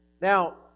Now